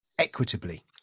equitably